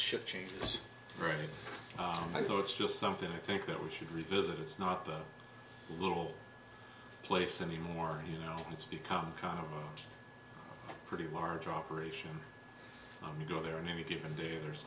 shift changes very high so it's just something i think that we should revisit it's not the little place anymore you know it's become kind of pretty large operation when you go there on any given day there's